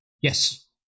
Yes